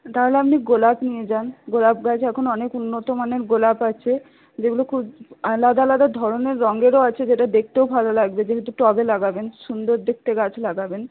তাহলে আপনি গোলাপ নিয়ে যান গোলাপ গাছ এখন অনেক উন্নত মানের গোলাপ আছে যেগুলো খুব আলাদা আলাদা ধরনের রঙেরও আছে যেটা দেখতেও ভালো লাগবে যেহেতু টবে লাগাবেন সুন্দর দেখতে গাছ লাগাবেন